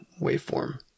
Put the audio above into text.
waveform